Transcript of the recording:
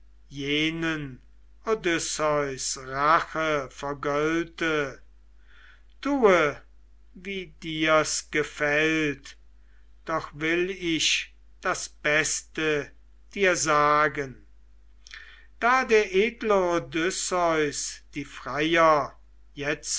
jenen odysseus rache vergölte tue wie dir's gefällt doch will ich das beste dir sagen da der edle odysseus die freier